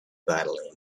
battling